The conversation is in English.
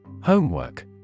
homework